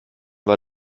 war